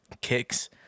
kicks